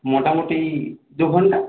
মোটামোটি দু ঘণ্টা